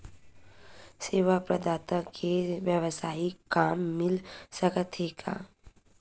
सेवा प्रदाता के वेवसायिक काम मिल सकत हे का?